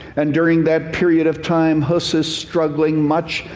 and during that period of time hus is struggling much,